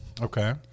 Okay